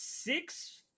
Six